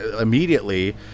immediately